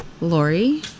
Lori